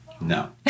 No